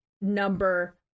number